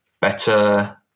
better